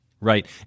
Right